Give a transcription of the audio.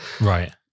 Right